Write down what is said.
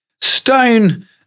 Stone